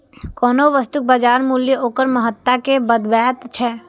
कोनो वस्तुक बाजार मूल्य ओकर महत्ता कें बतबैत छै